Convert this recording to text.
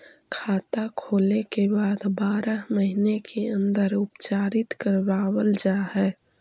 खाता खोले के बाद बारह महिने के अंदर उपचारित करवावल जा है?